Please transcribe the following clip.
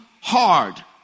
hard